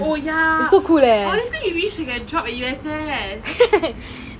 oh ya obviously we should get a job at U_S_S